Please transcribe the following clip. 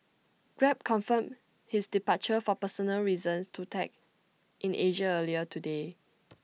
grab confirmed his departure for personal reasons to tech in Asia earlier today